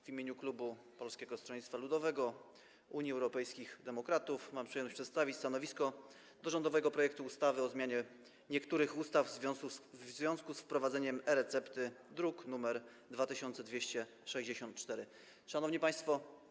W imieniu klubu Polskiego Stronnictwa Ludowego - Unii Europejskich Demokratów mam przyjemność przedstawić stanowisko wobec rządowego projektu ustawy o zmianie niektórych ustaw w związku z wprowadzeniem e-recepty, druk nr 2264. Szanowni Państwo!